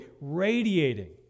radiating